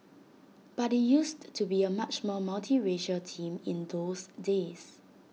but IT used to be A much more multiracial team in those days